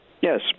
Yes